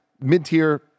mid-tier